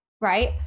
right